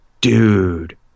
Dude